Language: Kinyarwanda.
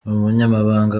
umunyamabanga